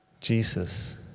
Jesus